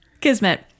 Kismet